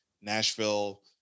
Nashville